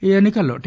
ఈ ఎన్నికల్లో టి